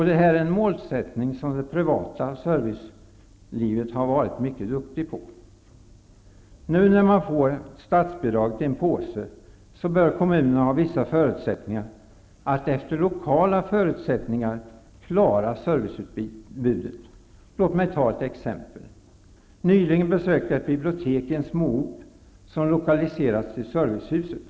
Detta är ett mål som det privata servicelivet har varit mycket duktig på. I och med att man får statsbidraget i en påse bör kommunerna ha vissa möjligheter att efter lokala förutsättningar klara serviceutbudet. Låt mig ta ett exempel. Nyligen besökte jag en liten ort där biblioteket har lokaliserats till servicehuset.